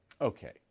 Okay